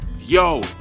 Yo